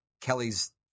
Kelly's